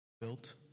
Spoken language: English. built